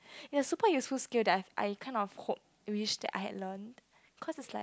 ya super useful skill that I I kind of hope wish that I had learnt cause it's like